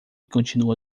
continua